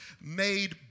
made